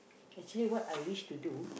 actually what I wish to do